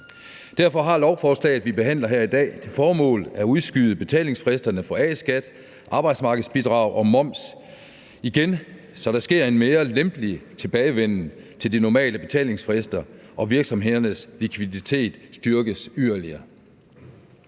Derfor har lovforslaget, vi behandler her i dag, til formål at udskyde betalingsfristerne for A-skat, arbejdsmarkedsbidrag og moms igen, så der sker en mere lempelig tilbagevenden til de normale betalingsfrister og virksomhedernes likviditet styrkes yderligere.